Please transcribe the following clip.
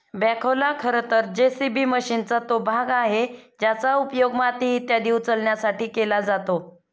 बॅखोला खरं तर जे.सी.बी मशीनचा तो भाग आहे ज्याचा उपयोग माती इत्यादी उचलण्यासाठी केला जातो